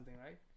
right